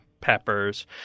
peppers